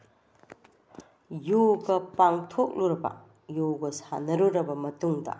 ꯌꯣꯒ ꯄꯥꯡꯊꯣꯛꯂꯨꯔꯕ ꯌꯣꯒ ꯁꯥꯟꯅꯔꯨꯔꯕ ꯃꯇꯨꯡꯗ